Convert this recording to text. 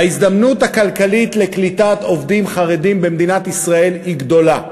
ההזדמנות הכלכלית לקליטת עובדים חרדים במדינת ישראל היא גדולה.